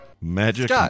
Magic